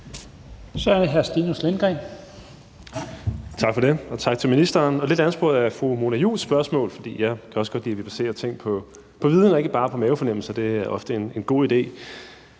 Tak for det, og tak til ministeren. Lidt ansporet af fru Mona Juuls spørgsmål – jeg kan også godt lide, at vi baserer ting på viden og ikke bare på en mavefornemmelse, for det er ofte en god idé